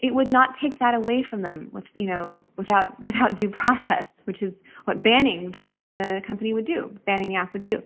it would not take that away from them with, you know, without without due process, which is what banning the company would do, banning the act would do